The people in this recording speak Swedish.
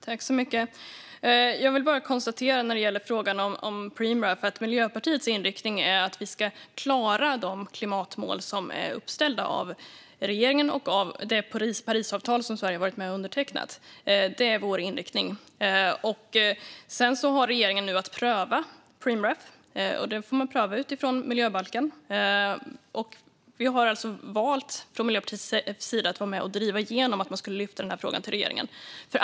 Fru talman! När det gäller frågan om Preemraff är Miljöpartiets inriktning att vi ska klara de klimatmål som är uppställda av regeringen och i Parisavtalet, som Sverige varit med och undertecknat. Sedan har regeringen att pröva Preemraff utifrån miljöbalken. Vi har från Miljöpartiets sida valt att vara med och driva igenom att man ska lyfta den här frågan till regeringen.